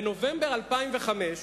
בנובמבר 2005,